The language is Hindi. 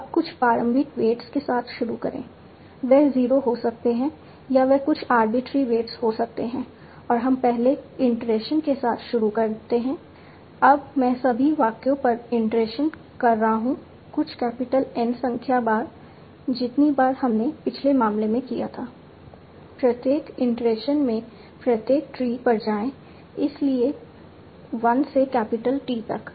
अब कुछ प्रारंभिक वेट्स के साथ शुरू करें वे 0 हो सकते हैं या वे कुछ आर्बिट्रेरी वेट्स हो सकते हैं और हम पहले इटरेशन के साथ शुरू करते हैं अब मैं सभी वाक्यों पर इटरेशन कर रहा हूं कुछ कैपिटल N संख्या बार जितनी बार हमने पिछले मामले में किया था प्रत्येक इटरेशन में प्रत्येक ट्री पर जाएं इसलिए 1 से कैपिटल T तक